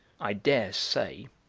i daresay,